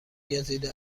گزیده